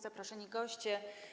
Zaproszeni Goście!